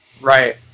Right